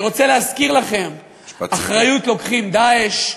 אני רוצה להזכיר לכם: אחריות לוקחים "דאעש",